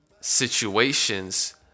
situations